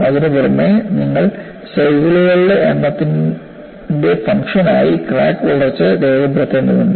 അതിനുപുറമെ നിങ്ങൾ സൈക്കിളുകളുടെ എണ്ണത്തിന്റെ ഫംഗ്ഷൻ ആയി ക്രാക്ക് വളർച്ച രേഖപ്പെടുത്തേണ്ടതുണ്ട്